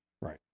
Right